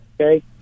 Okay